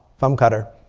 from qatar,